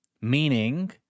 meaning